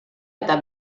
eta